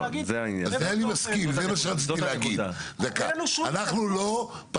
זה אני מסכים, זה מה שרציתי להגיד.